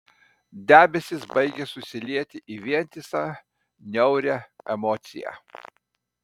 debesys baigė susilieti į vientisą niaurią emociją